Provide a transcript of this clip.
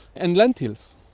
and lentils,